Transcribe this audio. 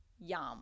Yum